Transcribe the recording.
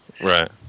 right